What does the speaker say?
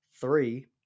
Three